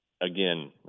Again